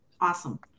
Awesome